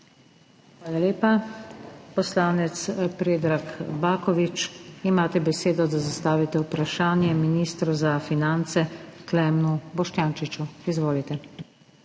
Hvala lepa. Poslanec Predrag Baković, imate besedo, da zastavite vprašanje ministru za finance Klemnu Boštjančiču, izvolite.